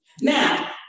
Now